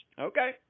Okay